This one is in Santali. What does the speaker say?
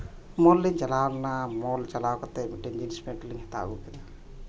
ᱢᱚᱞ ᱞᱮ ᱪᱟᱞᱟᱣ ᱞᱮᱱᱟ ᱢᱚᱞ ᱪᱟᱞᱟᱣ ᱠᱟᱛᱮᱫ ᱢᱤᱫᱴᱮᱱ ᱡᱤᱱᱥᱯᱮᱱᱴ ᱞᱮ ᱦᱟᱛᱟᱣ ᱟᱹᱜᱩ ᱠᱮᱫᱟ